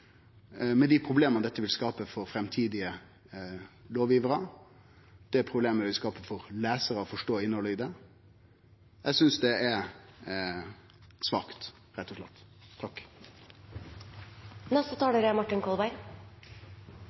med dei problema dette vil skape for lovgivarar i framtida og for lesarane når det gjeld å forstå innhaldet. Eg synest det er svakt, rett og